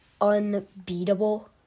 unbeatable